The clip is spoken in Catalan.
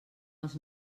els